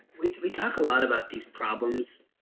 we we talk a lot about these problems.